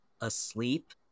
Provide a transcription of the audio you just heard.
asleep